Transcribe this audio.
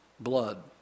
blood